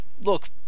Look